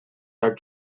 are